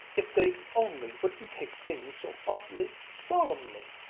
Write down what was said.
if they only wouldn't take things so awfully solemnly!